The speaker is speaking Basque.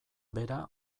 bera